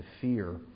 fear